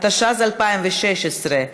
התשע"ז 2016,